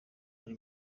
muri